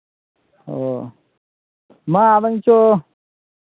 ᱚ ᱢᱟ ᱟᱫᱚᱢ ᱪᱚ